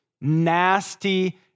Nasty